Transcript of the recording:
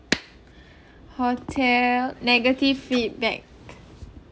hotel negative feedback